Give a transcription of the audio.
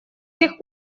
тех